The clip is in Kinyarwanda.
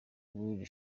w’iri